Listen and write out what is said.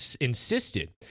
insisted